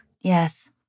Yes